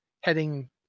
heading